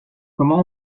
comment